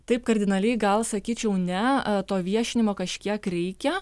taip kardinaliai gal sakyčiau ne to viešinimo kažkiek reikia